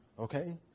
Okay